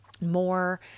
more